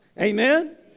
Amen